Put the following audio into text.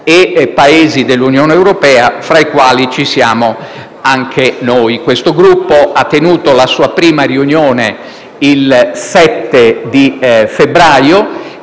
e Paesi dell'Unione europea, fra i quali ci siamo anche noi. Il Gruppo ha tenuto la sua prima riunione il 7 febbraio